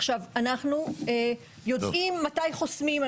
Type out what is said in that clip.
עכשיו, אנחנו יודעים מתי חוסמים.